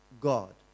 God